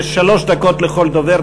שיש שלוש דקות לכל דובר,